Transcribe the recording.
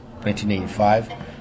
1985